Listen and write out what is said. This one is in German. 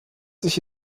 sich